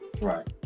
right